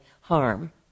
harm